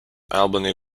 albany